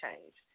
changed